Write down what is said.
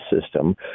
system